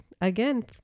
again